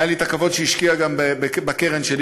היה לי הכבוד שהיא השקיעה גם בקרן שלי,